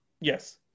yes